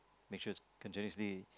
make sure it's continuously